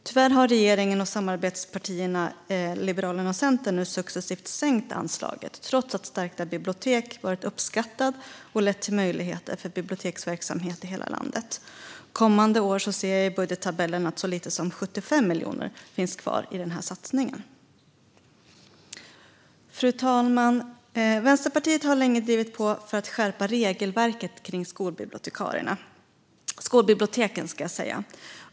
Tyvärr har regeringen och dess samarbetspartier Liberalerna och Centern nu successivt sänkt anslaget, trots att Stärkta bibliotek har varit uppskattat och lett till möjligheter för biblioteksverksamheten i hela landet. Jag ser i budgettabellen att så lite som 75 miljoner finns kvar i den här satsningen för de kommande åren. Fru talman! Vänsterpartiet har länge drivit på för att skärpa regelverket kring skolbiblioteken.